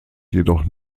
jedoch